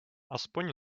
aspoň